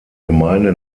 gemeinde